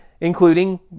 including